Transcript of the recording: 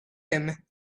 him